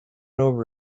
over